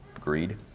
greed